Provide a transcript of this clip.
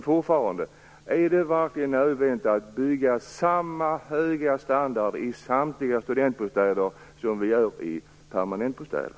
Fortfarande undrar jag: Är det verkligen nödvändigt att bygga med samma höga standard i samtliga studentbostäder som i permanentbostäder?